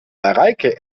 mareike